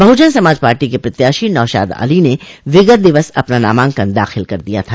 बहुजन समाज पार्टी के प्रत्याशी नौशाद अली ने विगत दिवस अपना नामांकन दाखिल कर दिया था